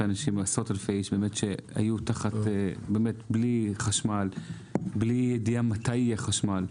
היו בלי חשמל ובלי ידיעה מתי יהיה חשמל.